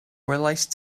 welaist